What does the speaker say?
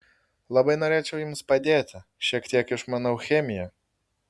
labai norėčiau jums padėti šiek tiek išmanau chemiją